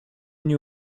nie